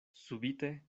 subite